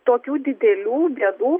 tokių didelių bėdų